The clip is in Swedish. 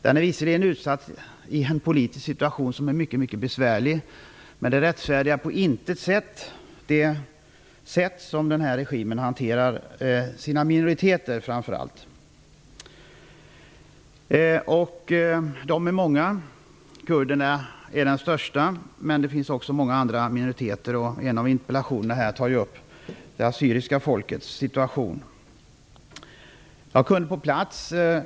Den är visserligen tillsatt i en politisk situation som är mycket besvärlig, men det rättfärdigar ingalunda det sätt på vilket denna regim hanterar framför allt landets minoriteter. Minoriteterna är många. Kurderna är den största gruppen, men det finns också många andra minoriteter. I en av interpellationerna tas t.ex. upp det assyriska folkets situation.